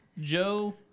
Joe